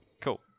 Cool